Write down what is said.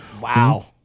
Wow